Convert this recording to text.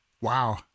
Wow